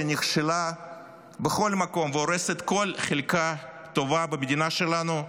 שנכשלה בכל מקום והורסת כל חלקה טובה במדינה שלנו,